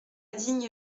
digne